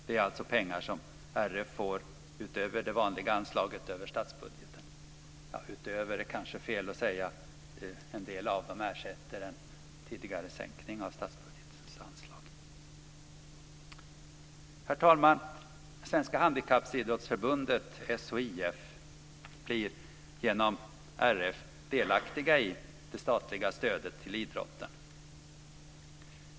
Det är alltså pengar som RF får utöver det vanliga anslaget över statsbudgeten. "Utöver" är kanske fel att säga; en del av dem ersätter en tidigare sänkning av statsbudgetens anslag. Herr talman! Svenska Handikappidrottsförbundet, SHIF, blir genom RF delaktigt av det statliga stödet till idrotten.